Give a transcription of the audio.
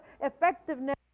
effectiveness